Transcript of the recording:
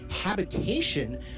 habitation